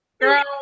Girl